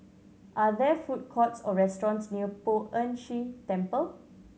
are there food courts or restaurants near Poh Ern Shih Temple